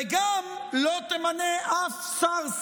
וגם לא תמנה אף שר,